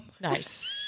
Nice